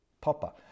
Popper